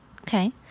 Okay